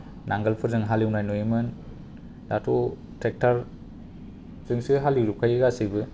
नांगोलफोरजों हालेवनाय नुयोमोन दाथ' ट्रेक्टरजोंसो हालेवजोबखायो गासैबो